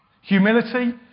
Humility